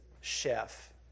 chef